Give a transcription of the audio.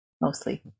mostly